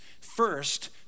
first